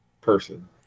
person